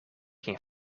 geen